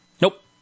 Nope